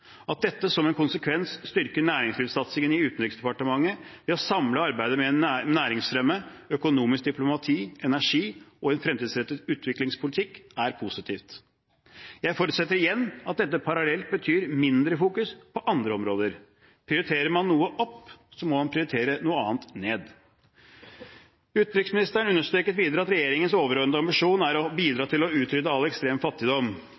At dette som en konsekvens styrker næringslivssatsingen i Utenriksdepartementet ved å samle arbeidet med næringsfremme, økonomisk diplomati, energi og en fremtidsrettet utviklingspolitikk er positivt. Jeg forutsetter igjen at dette parallelt betyr mindre fokus på andre områder. Prioriterer man noe opp, må man prioritere noe annet ned. Utenriksministeren understreket videre at regjeringens overordnede ambisjon er å bidra til å utrydde all ekstrem fattigdom.